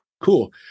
Cool